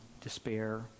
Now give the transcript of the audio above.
despair